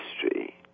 history